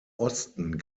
osten